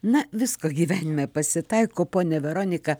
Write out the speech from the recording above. na visko gyvenime pasitaiko ponia veronika